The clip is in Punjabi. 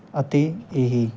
ਅਤੇ ਇਹ